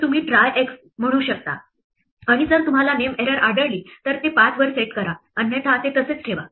तर तुम्ही try x म्हणू शकता आणि जर तुम्हाला नेम एरर आढळली तर ते 5 वर सेट करा अन्यथा ते तसेच ठेवा